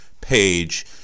page